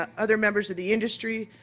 ah other members of the industry,